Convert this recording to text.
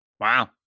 Wow